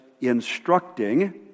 instructing